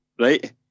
Right